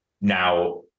Now